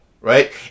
Right